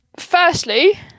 Firstly